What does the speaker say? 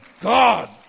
God